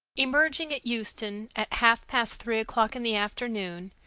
emerging at euston at half-past three o'clock in the afternoon,